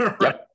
right